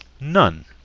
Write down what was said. none